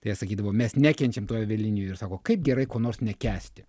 tai jie sakydavo mes nekenčiam tų avialinijų ir sako kaip gerai ko nors nekęsti